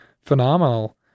phenomenal